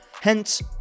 hence